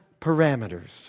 parameters